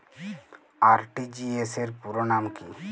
RTGS র পুরো নাম কি?